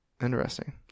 Interesting